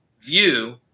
view